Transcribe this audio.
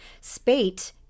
Spate